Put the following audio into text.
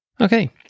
Okay